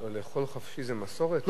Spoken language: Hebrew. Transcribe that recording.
לאכול חופשי זו מסורת?